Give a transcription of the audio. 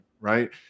Right